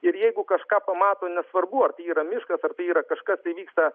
ir jeigu kažką pamato nesvarbu ar tai yra miškas ar tai yra kažką tai vyksta